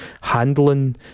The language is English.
handling